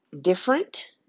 different